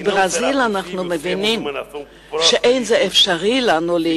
אנחנו בברזיל מבינים שלא נוכל להיות